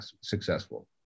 successful